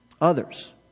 others